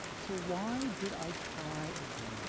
so, why did i try again